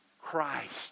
Christ